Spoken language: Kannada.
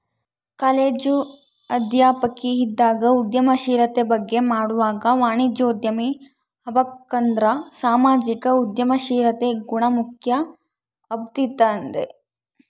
ಕಾಲೇಜು ಅಧ್ಯಾಪಕಿ ಇದ್ದಾಗ ಉದ್ಯಮಶೀಲತೆ ಬಗ್ಗೆ ಮಾಡ್ವಾಗ ವಾಣಿಜ್ಯೋದ್ಯಮಿ ಆಬಕಂದ್ರ ಸಾಮಾಜಿಕ ಉದ್ಯಮಶೀಲತೆ ಗುಣ ಮುಖ್ಯ ಅಂಬ್ತಿದ್ದೆ